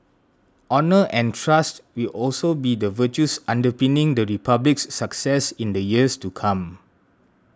honour and trust will also be the virtues underpinning the Republic's success in the years to come